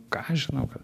ką aš žinau ką